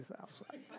outside